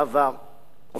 שהיה גם מורי ורבי.